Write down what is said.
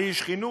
אני איש חינוך,